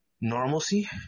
normalcy